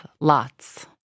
lots